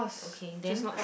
okay then